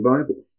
Bible